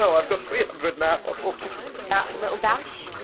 so i've got three hundred now. ah like that little dash.